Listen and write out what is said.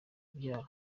kubyara